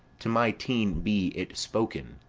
to my teen be it spoken,